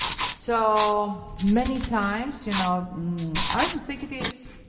so many times, you know i don't think it is